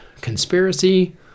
conspiracy